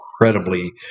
incredibly